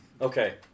Okay